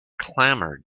clamored